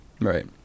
Right